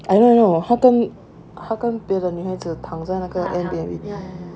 I know I know 他跟他跟别的女孩子躺在那个 Airbnb